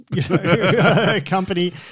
company